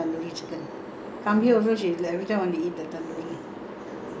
after that only she try the tandoori ah then she loving the tandoori chicken